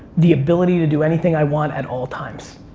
the ability to do anything i want at all times.